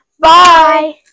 Bye